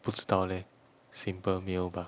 不知道 leh simple meal bah